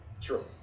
True